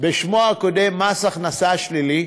בשמו הקודם מס הכנסה שלילי,